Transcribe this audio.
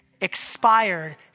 Expired